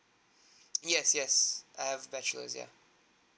yes yes I have bachelors yeah